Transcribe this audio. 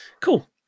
Cool